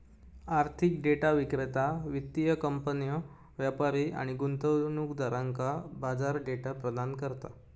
आर्थिक डेटा विक्रेता वित्तीय कंपन्यो, व्यापारी आणि गुंतवणूकदारांका बाजार डेटा प्रदान करता